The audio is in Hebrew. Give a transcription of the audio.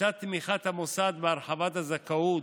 לצד תמיכת המוסד בהרחבת הזכאות,